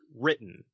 written